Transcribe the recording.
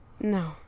No